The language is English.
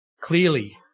clearly